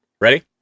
Ready